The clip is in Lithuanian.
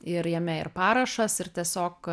ir jame ir parašas ir tiesiog